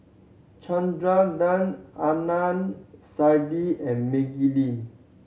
Chandra Da Adnan Saidi and Maggie Lim